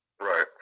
Right